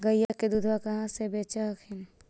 गईया के दूधबा कहा बेच हखिन?